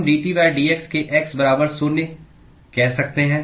हम dTdx के x बराबर शून्य कह सकते हैं